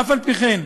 אף על פי כן,